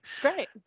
Great